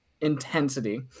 intensity